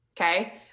Okay